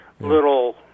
little